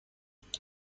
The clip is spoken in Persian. بنزینی